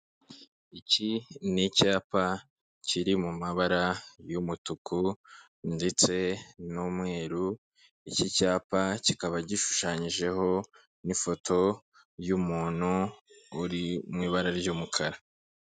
Iki ni icyapa kiri mu mabara y'umutuku ndetse n'umweru, iki cyapa kikaba gishushanyijeho n'ifoto y'umuntu uri mu ibara ry'umukara.